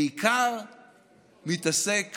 בעיקר מתעסק